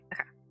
Okay